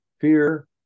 fear